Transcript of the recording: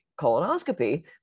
colonoscopy